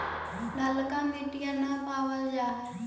ललका मिटीया न पाबल जा है?